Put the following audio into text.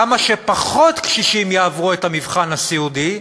כדי שכמה שפחות קשישים יעברו את המבחן הסיעודי,